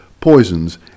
poisons